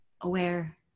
aware